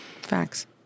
Facts